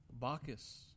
Bacchus